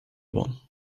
one